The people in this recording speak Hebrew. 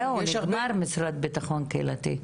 זהו, נגמר משרד ביטחון קהילתי.